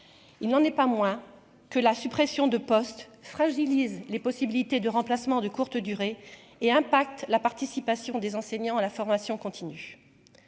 il n'en est pas moins que la suppression de poste fragilise les possibilités de remplacements de courte durée et impact la participation des enseignants à la formation continue,